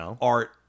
art